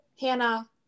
Hannah